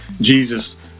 Jesus